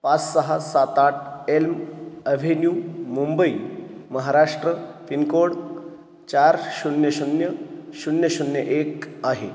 पाच सहा सात आठ Elm Avenue Mumbai Maharashtra pin code चार शून्य शून्य शून्य शून्य एक आहे